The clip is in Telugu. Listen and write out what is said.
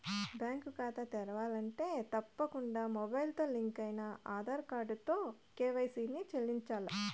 బ్యేంకు కాతా తెరవాలంటే తప్పకుండా మొబయిల్తో లింకయిన ఆదార్ కార్డుతో కేవైసీని చేయించాల్ల